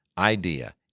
idea